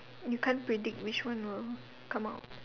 you can't predict which one will come out